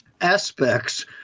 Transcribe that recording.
aspects